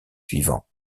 suivants